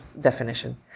definition